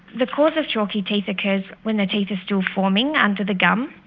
the cause of chalky teeth occurs when the teeth are still forming under the gum.